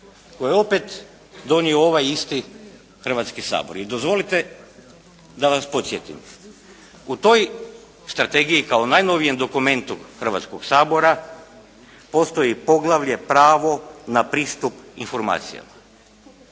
koju je opet donio ovaj isti Hrvatski sabor. I dozvolite da vas podsjetim u toj strategiji kao najnovijem dokumentu Hrvatskog sabora postoji poglavlje: «Pravo na pristup informacijama».